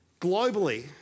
Globally